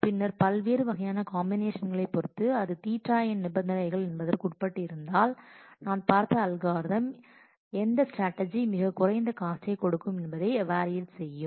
பின்னர் பல்வேறு வகையான காம்பினேஷன்களை பொறுத்து அது Ɵn நிபந்தனைகள் என்பதற்கு உட்பட்டு இருந்தால் நான் பார்த்த அல்காரிதம் எந்த ஸ்ட்ராட்டஜி மிகக் குறைந்த காஸ்டை கொடுக்கும் என்பதை ஏவாலியேட் செய்யும்